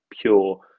pure